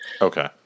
Okay